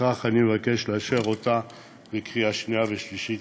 ולפיכך אבקשכם לאשר את הצעת החוק בקריאה שנייה ושלישית.